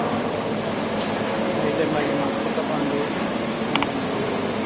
సరేలేండి అయితే మళ్ళీ మాకు చింతపండు మళ్ళీ